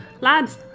Lads